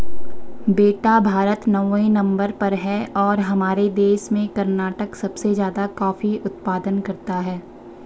बेटा भारत नौवें नंबर पर है और हमारे देश में कर्नाटक सबसे ज्यादा कॉफी उत्पादन करता है